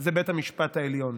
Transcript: זה בית המשפט העליון.